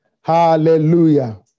hallelujah